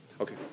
Okay